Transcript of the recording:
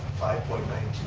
five point nine